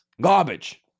Garbage